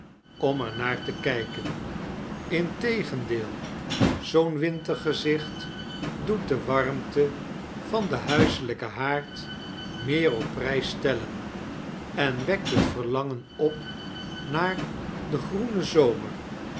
om er naar te kijken integeindeel zoo'n wintergezicht doet de warmte van den huiselijken haard meer op prijs stellen en wekt het verlangen op naar den groenen zomer